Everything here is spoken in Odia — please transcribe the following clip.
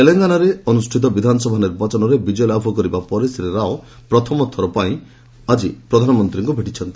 ତେଲେଙ୍ଗାନାରେ ଅନୁଷ୍ଠିତ ବିଧାନସଭା ନିର୍ବାଚନରେ ବିଜୟଲାଭ କରିବା ପରେ ଶ୍ରୀ ରାଓ ପ୍ରଥମଥର ଲାଗି ଆଜି ପ୍ରଧାନମନ୍ତ୍ରୀଙ୍କୁ ଭେଟିଛନ୍ତି